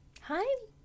Hi